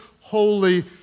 holy